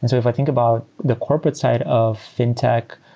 and if i think about the corporate side of fintech,